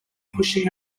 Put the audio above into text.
pushing